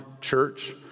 church